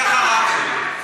מי אחריו?